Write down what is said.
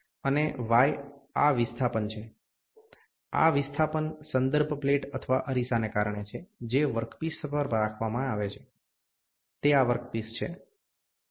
અને y આ વિસ્થાપન છે આ વિસ્થાપન સંદર્ભ પ્લેટ અથવા અરીસાને કારણે છે જે વર્કપીસ પર રાખવામાં આવે છે તે આ વર્કપીસ છે